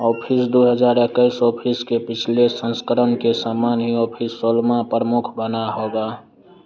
office दो हज़ार एक्कीस ऑफिस के पिछले संस्करण के समान ही ऑफिस सोलहवां प्रमुख बना होगा